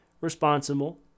responsible